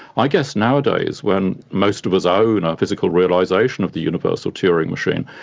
i guess nowadays when most of us own a physical realisation of the universal turing machine,